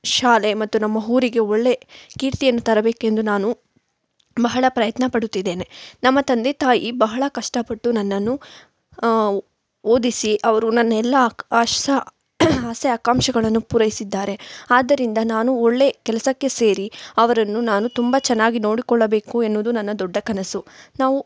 ಶಾಲೆ ಮತ್ತು ನಮ್ಮ ಊರಿಗೆ ಒಳ್ಳೆ ಕೀರ್ತಿಯನ್ನು ತರಬೇಕೆಂದು ನಾನು ಬಹಳ ಪ್ರಯತ್ನ ಪಡುತ್ತಿದ್ದೇನೆ ನಮ್ಮ ತಂದೆ ತಾಯಿ ಬಹಳ ಕಷ್ಟಪಟ್ಟು ನನ್ನನ್ನು ಓದಿಸಿ ಅವರು ನನ್ನ ಎಲ್ಲ ಆಕ್ ಆಷ ಆಸೆ ಆಕಾಂಕ್ಷೆಗಳನ್ನು ಪೂರೈಸಿದ್ದಾರೆ ಆದ್ದರಿಂದ ನಾನು ಒಳ್ಳೆ ಕೆಲಸಕ್ಕೆ ಸೇರಿ ಅವರನ್ನು ನಾನು ತುಂಬ ಚೆನ್ನಾಗಿ ನೋಡಿಕೊಳ್ಳಬೇಕು ಎನ್ನುವುದು ನನ್ನ ದೊಡ್ಡ ಕನಸು ನಾವು